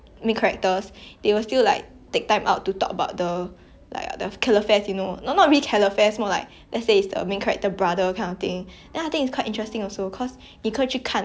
et's say it's the main character's brother kind of thing then I think it's quite interesting also cause you 可以去看不只是 like 那个主角的人生 [what] like you can explore the other characters then it's